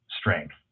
strength